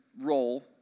role